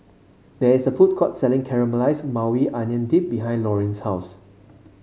there is a food court selling Caramelize Maui Onion Dip behind Lorin's house